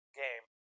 game